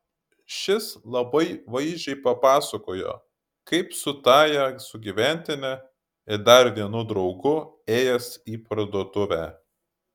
šis labai vaizdžiai papasakojo kaip su tąja sugyventine ir dar vienu draugu ėjęs į parduotuvę